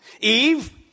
Eve